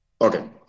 okay